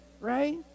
right